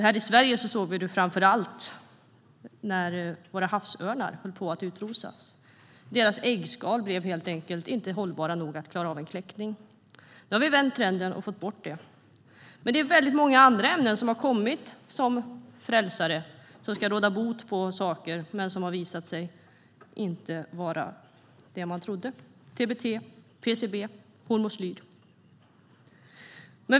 Här i Sverige såg vi det framför allt när våra havsörnar höll på att utrotas därför att deras äggskal helt enkelt inte blev hållbara nog att klara av en kläckning. Nu har vi vänt trenden och fått bort detta, men det är många andra ämnen som har kommit som en frälsning som skulle råda bot på saker - och visat sig inte vara det man trodde. TBT, PCB och hormoslyr är exempel på det.